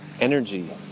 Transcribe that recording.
energy